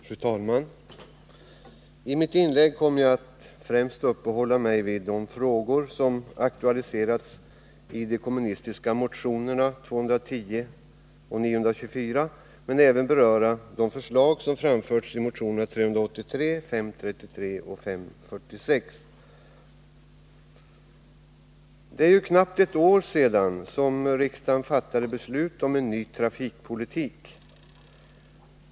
Fru talman! I mitt inlägg kommer jag att främst uppehålla mig vid de frågor som aktualiserats i de kommunistiska motionerna 210 och 924 men även beröra de förslag som framförts i motionerna 383, 533 och 546. För knappt ett år sedan fattade riksdagen beslut om en ny trafikpolitik.